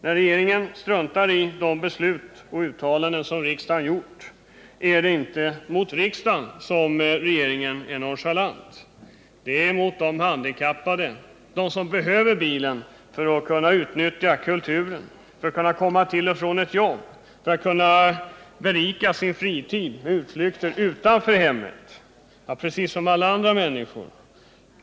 När regeringen struntar i riksdagens beslut och uttalanden som riksdagen gjort är det inte mot riksdagen som regeringen är nonchalant. Det är mot de handikappade, mot dem som behöver bilen för att kunna utnyttja kulturen, för att komma till och från ett jobb, för att kunna berika sin fritid med utflykter utanför hemmet, precis som alla andra.